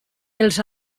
els